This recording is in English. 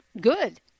Good